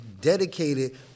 dedicated